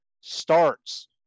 starts